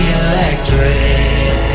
electric